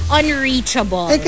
unreachable